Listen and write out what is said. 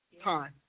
time